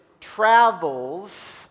travels